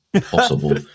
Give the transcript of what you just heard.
possible